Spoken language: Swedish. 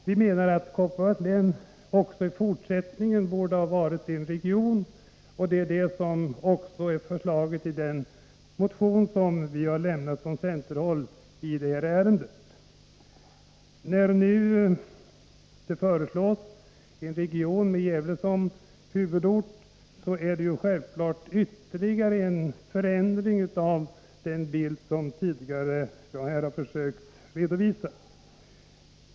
Vi menar att Kopparbergs län också i fortsättningen borde vara en region — och det är det som föreslås i den motion som vi har väckt från centerhåll i detta ärende. När det nu föreslås en region med Gävle som huvudort, så medför det självfallet ytterligare en förändring av den bild som jag här tidigare har försökt redovisa.